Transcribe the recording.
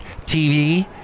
TV